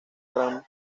gran